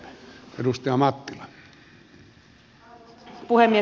arvoisa puhemies